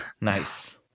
nice